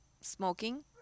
smoking